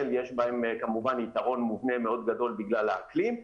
יש כמובן יתרון מובנה גדול מאוד בגלל האקלים,